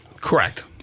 Correct